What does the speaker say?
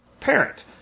Parent